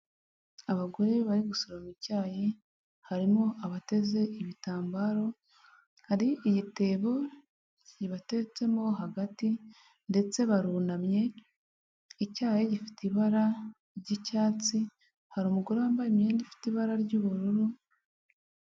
Abagore bari gusoroma icyayi, harimo abateze ibitambaro, hari igitebo kibateretse mo hagati ndetse barunamye, icyayi gifite ibara ry'icyatsi, hari umugore wambaye imyenda ifite ibara ry'ubururu.